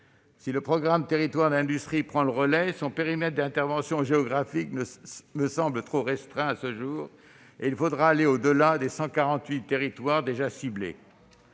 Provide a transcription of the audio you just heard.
Si le programme Territoires d'industrie prend le relais, son périmètre d'intervention géographique me semble trop restreint à ce jour : il faudra aller au-delà des 148 territoires déjà ciblés.